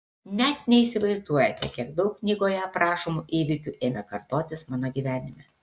net neįsivaizduojate kiek daug knygoje aprašomų įvykių ėmė kartotis mano gyvenime